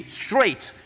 straight